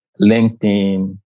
LinkedIn